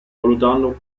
valutando